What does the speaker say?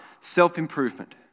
self-improvement